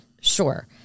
Sure